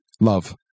love